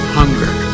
hunger